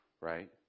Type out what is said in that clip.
right